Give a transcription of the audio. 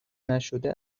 نشده